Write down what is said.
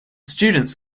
students